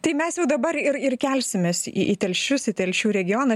tai mes jau dabar ir ir kelsimės į į telšius į telšių regioną